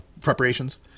preparations